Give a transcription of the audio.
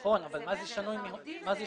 נכון, אבל מה זה "שינוי מהותי"?